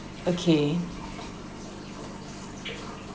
okay